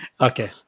Okay